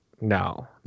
No